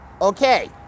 Okay